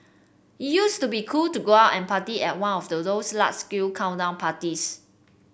it used to be cool to go out and party at one of those large scale countdown parties